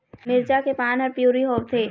मिरचा के पान हर पिवरी होवथे?